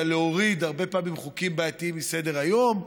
להוריד הרבה פעמים חוקים בעייתיים מסדר-היום,